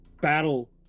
battle